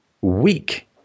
weak